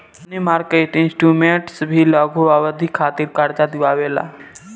मनी market instruments भी लघु अवधि खातिर कार्जा दिअवावे ला